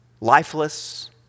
Lifeless